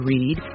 Read